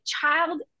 child